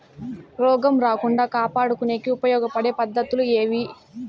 రోగం రాకుండా కాపాడుకునేకి ఉపయోగపడే పద్ధతులు ఏవి?